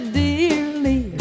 dearly